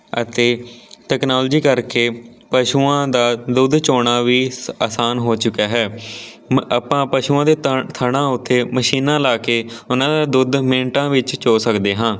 ਅਤੇ ਤਕਨੋਲਜੀ ਕਰਕੇ ਪਸ਼ੂਆਂ ਦਾ ਦੁੱਧ ਚੋਣਾਂ ਵੀ ਸ ਆਸਾਨ ਹੋ ਚੁੱਕਿਆ ਹੈ ਮ ਆਪਾਂ ਪਸ਼ੂਆਂ ਦੇ ਤ ਥਣਾਂ ਉੱਥੇ ਮਸ਼ੀਨਾਂ ਲਾ ਕੇ ਉਹਨਾਂ ਦਾ ਦੁੱਧ ਮਿੰਟਾਂ ਵਿੱਚ ਚੋ ਸਕਦੇ ਹਾਂ